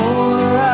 More